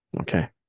Okay